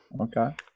Okay